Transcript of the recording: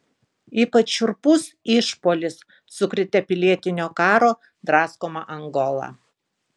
ypač šiurpus išpuolis sukrėtė pilietinio karo draskomą angolą